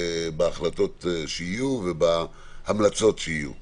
בהחלטות ובהמלצות שנקבל, אנחנו עליהן מעקב.